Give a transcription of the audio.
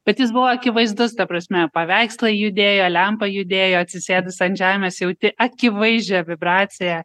bet jis buvo akivaizdus ta prasme paveikslai judėjo lempa judėjo atsisėdus ant žemės jauti akivaizdžią vibraciją